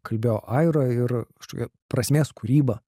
kalbėjo aira ir kažkokia prasmės kūryba